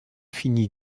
fini